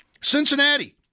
Cincinnati